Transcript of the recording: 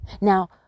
Now